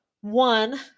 one